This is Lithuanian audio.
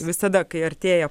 visada kai artėja